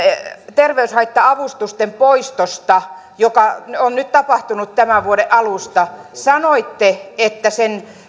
terveyshaitta avustusten poistosta joka on nyt tapahtunut tämän vuoden alusta te täällä sanoitte